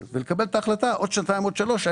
ולקבל את ההחלטה בעוד שנתיים או בעוד שלוש שנים,